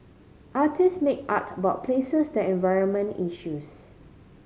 artist make art about places the environment issues